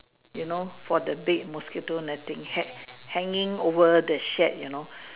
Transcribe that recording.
you know for the big mosquito netting hang hanging over the shed you know